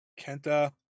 Kenta